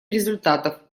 результатов